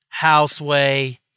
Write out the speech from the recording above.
Houseway